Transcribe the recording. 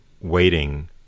waiting